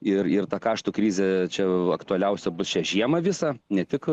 ir ir tą kartu krizę čia aktualiausia bus šią žiemą visą ne tik